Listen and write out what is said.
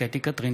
עודד פורר,